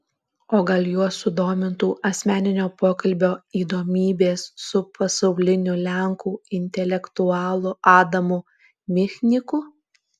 o gal juos sudomintų asmeninio pokalbio įdomybės su pasauliniu lenkų intelektualu adamu michniku